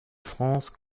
france